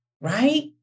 right